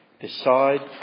Decide